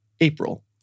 April